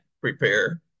prepare